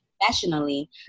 professionally